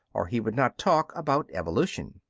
or he would not talk about evolution.